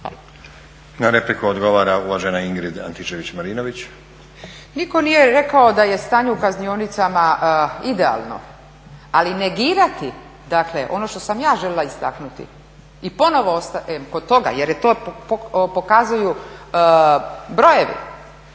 Na repliku odgovara uvažena Ingrid Antičević-Marinović. **Antičević Marinović, Ingrid (SDP)** Nitko nije rekao da je stanje u kaznionicama idealno, ali negirati, dakle ono što sam ja željela istaknuti i ponovno ostajem kod toga jer to pokazuju brojevi,